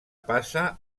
passa